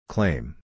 Claim